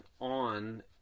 on